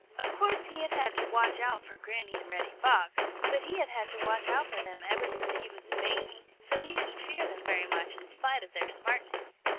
of course he had had to watch out for granny and reddy fox, but he had had to watch out for them ever since he was a baby, so he didn't fear them very much in spite of their smartness.